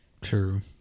true